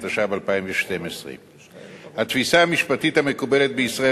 התשע"ב 2012. התפיסה המשפטית המקובלת בישראל